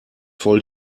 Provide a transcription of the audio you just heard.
voll